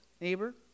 neighbor